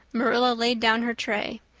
marilla laid down her tray.